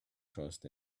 trust